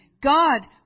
God